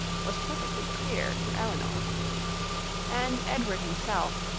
was perfectly clear to elinor and edward himself,